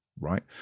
right